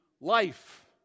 life